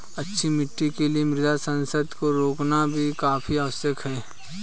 अच्छी मिट्टी के लिए मृदा संघनन को रोकना भी काफी आवश्यक है